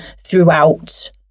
throughout